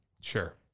Sure